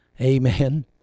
Amen